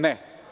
Ne.